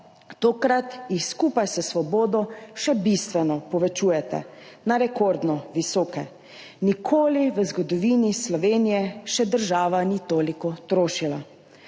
tokrat jih skupaj s Svobodo še bistveno povečujete, na rekordno visoke. Nikoli v zgodovini Slovenije država še ni toliko trošila.